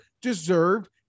deserved